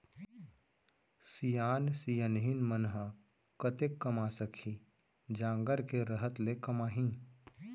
सियान सियनहिन मन ह कतेक कमा सकही, जांगर के रहत ले कमाही